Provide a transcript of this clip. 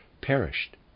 perished